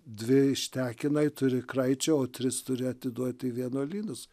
dvi ištekinai turi kraičio o tris turi atiduot į vienuolynus